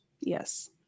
Yes